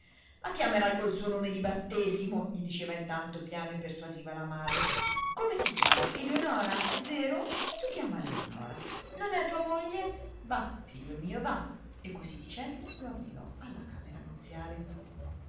la chiamerai col suo nome di battesimo gli diceva intanto piano e persuasiva la madre come si chiama eleonora è vero e tu chiamala eleonora non è tua moglie va figlio mio va e così dicendo lo avviò alla camera nuziale